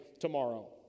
tomorrow